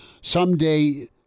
someday